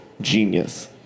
genius